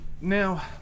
now